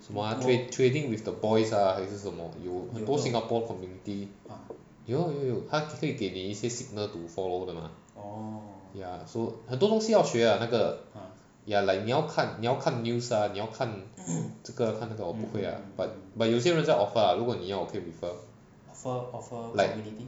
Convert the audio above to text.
什么啊 trading with the boys ah 还是什么有很多 singapore community 有有有它可以给你一些 signal to follow 的吗 ya so 很多东西要学那个 ya like 你要看你要看 news ah 你要看这个看那个我不会 ya but but 有些人家在 offer 如果你要我可以 refer like